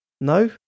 No